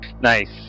Nice